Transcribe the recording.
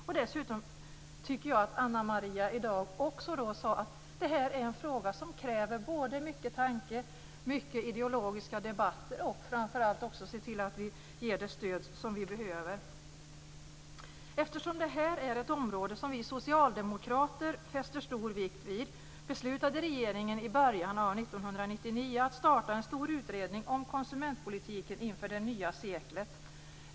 Ana Maria Narti sade också att denna fråga kräver eftertanke, ideologiska debatter och ett stöd. Eftersom detta är ett område som vi socialdemokrater fäster stor vikt vid beslutade regeringen i början av 1999 att starta en stor utredning om konsumentpolitiken inför det nya seklet.